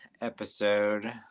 episode